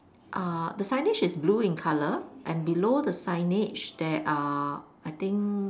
uh the signage is blue in color and below the signage there are I think